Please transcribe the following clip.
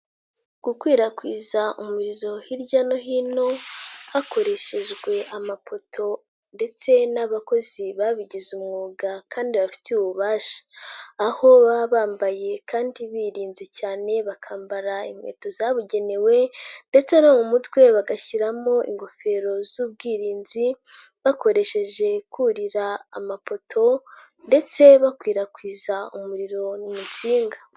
Gukwirakwiza umuriro hirya no hino, hakoreshejwe amapoto ndetse n'abakozi babigize umwuga kandi babifitiye ububasha. Aho baba bambaye kandi birinze cyane bakambara, inkweto zabugenewe ndetse no mu mutwe bagashyiramo ingofero z'ubwirinzi. Bakoresheje kurira amapoto ndetse bakwirakwiza umuriro mu nsinga.